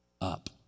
up